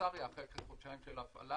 בשוויצריה אחרי כחודשיים של הפעלה